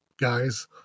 guys